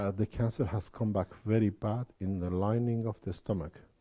ah the cancer has come back very bad in the lining of the stomach.